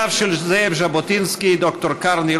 יושב-ראש מכון ז'בוטינסקי חבר הכנסת לשעבר יוסי